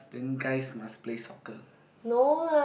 then guys must play soccer